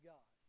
God